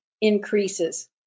increases